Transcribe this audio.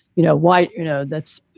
you know why? you know, that's